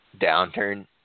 downturn